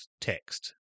text